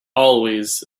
always